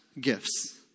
gifts